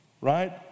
right